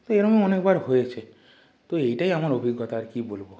তো এরমও অনেকবার হয়েছে তো এইটাই আমার অভিজ্ঞতা আর কী বলব